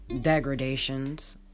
degradations